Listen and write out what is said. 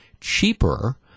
cheaper